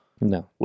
No